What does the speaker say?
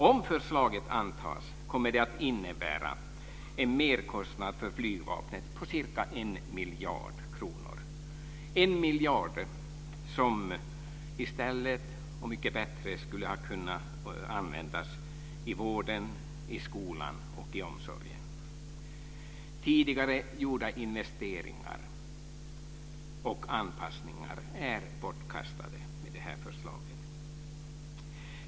Om förslaget antas kommer det att innebära en merkostnad för Flygvapnet på ca 1 miljard kronor - 1 miljard som i stället och mycket bättre skulle ha kunnat användas i vården, i skolan och i omsorgen. Tidigare gjorda investeringar och anpassningar är bortkastade med detta förslag.